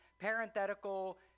parenthetical